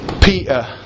Peter